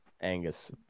Angus